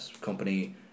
company